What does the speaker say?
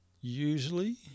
Usually